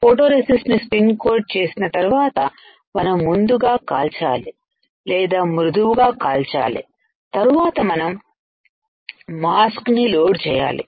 photo resist ని spin coat చేసిన తర్వాత మనం ముందుగా కాల్చాలి లేదా మృదువుగా కాల్చాలి తరువాత మనం మాస్క్ ని లోడ్ చేయాలి